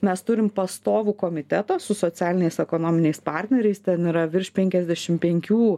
mes turim pastovų komitetą su socialiniais ekonominiais partneriais ten yra virš penkiasdešim penkių